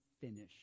finish